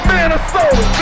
Minnesota